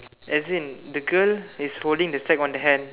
as in the girl is holding the sack on her hand